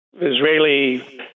Israeli